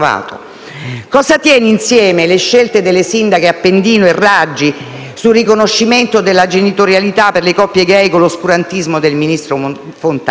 Cosa tiene insieme le scelte delle sindache Appendino e Raggi sul riconoscimento della genitorialità per le coppie *gay* con l'oscurantismo del ministro Fontana?